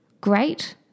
great